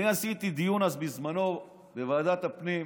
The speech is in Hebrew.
אני עשיתי דיון אז, בזמנו, בוועדת הפנים.